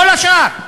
כל השאר,